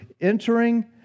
entering